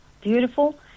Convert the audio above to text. Beautiful